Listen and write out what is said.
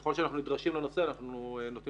וככל שאנחנו נדרשים לנושא אנחנו נותנים